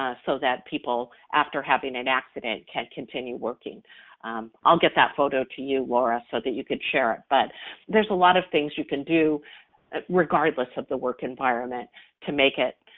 ah so that people after having an accident, can continue working i'll get that photo to you, laura, so that you can share it, but there's a lot of things you can do regardless of the work environment to make it